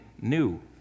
new